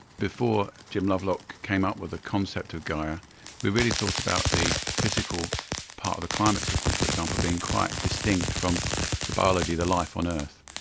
before jim lovelock came up with the concept of gaia we really thought about the physical parts of the climate system, for example, being quite distinct from the biology, the life on earth,